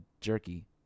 jerky